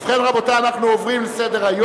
ובכן, רבותי, אנחנו עוברים לסדר-היום,